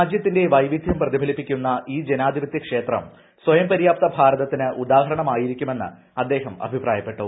രാജ്യത്തിന്റെ വൈവിധ്യം പ്രതിഫലിപ്പിക്കുന്ന ഈ ജനാധിപത്യ ക്ഷേത്രം സ്വയംപര്യാപ്ത ഭാരതത്തിന് ഉദാഹരണം ആയിരിക്കുമെന്നും അദ്ദേഹം അഭിപ്രായപ്പെട്ടു